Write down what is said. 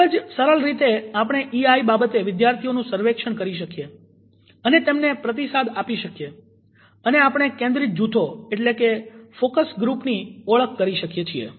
ખુબ જ સરળ રીતે આપણે ઈઆઈ બાબતે વિદ્યાર્થીઓનું સર્વેક્ષણ કરી શકીએ અને તેમને પ્રતિસાદ આપી શકીએ અને આપણે કેન્દ્રિત જૂથો ની ઓળખ કરી શકીએ છીએ